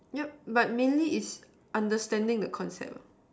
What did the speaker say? yeah but mainly its understanding the concept